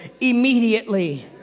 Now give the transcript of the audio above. immediately